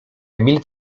emil